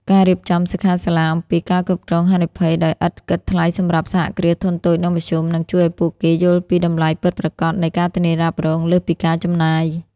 ការរៀបចំសិក្ខាសាលាអំពី ការគ្រប់គ្រងហានិភ័យ ដោយឥតគិតថ្លៃសម្រាប់ សហគ្រាសធុនតូច និងមធ្យម នឹងជួយឱ្យពួកគេយល់ពីតម្លៃពិតប្រាកដនៃ ការធានារ៉ាប់រង លើសពីការចំណាយ។